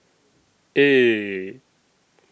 eight